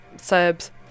Serbs